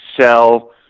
sell